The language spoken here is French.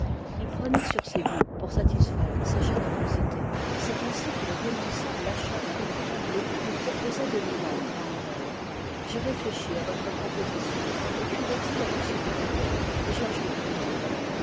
il prenoit sur ses goûts pour satisfaire sa générosité cest ainsi qu'il renonça à l'achat de quelques tableaux qu'on proposoit de lui vendre à anvers j'ai réfléchi à votre proposition écrivoit il à m des palières et j'ajourne